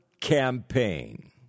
campaign